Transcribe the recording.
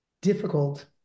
difficult